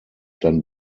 dann